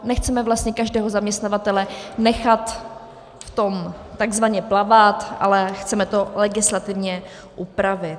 Nechceme vlastně každého zaměstnavatele nechat v tom takzvaně plavat, ale chceme to legislativně upravit.